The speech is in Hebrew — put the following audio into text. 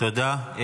תודה.